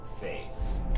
face